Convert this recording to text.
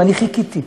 ואני חיכיתי.